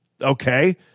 okay